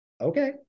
okay